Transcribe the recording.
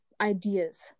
ideas